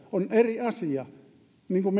on eri asia niin kuin